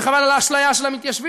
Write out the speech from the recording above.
וחבל על האשליה של המתיישבים,